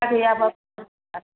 गैयाबाबो